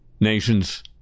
nations